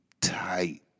tight